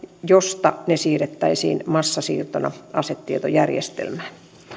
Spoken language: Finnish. josta ne siirrettäisiin massasiirtona asetietojärjestelmään